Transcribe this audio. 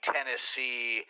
Tennessee